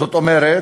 זאת אומרת,